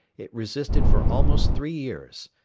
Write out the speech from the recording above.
it resisted for almost three years,